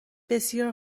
بسیار